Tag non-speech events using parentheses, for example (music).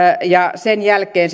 sen jälkeen (unintelligible)